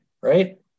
right